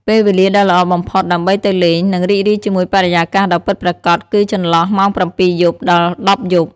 ពេលវេលាដ៏ល្អបំផុតដើម្បីទៅលេង និងរីករាយជាមួយបរិយាកាសដ៏ពិតប្រាកដគឺចន្លោះម៉ោង ៧ យប់ ដល់ ១០ យប់។